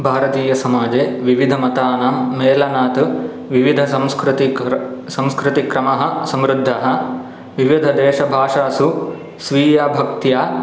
भारतीयसमाजे विविधमतानां मेलनात् विविधसंस्कृतिकर् संस्कृतिक्रमः समृद्धः विविधदेशभाषासु स्वीया भक्त्या